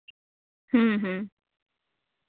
ᱦᱮᱸ ᱦᱮᱸ